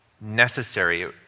necessary